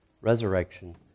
resurrection